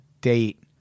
date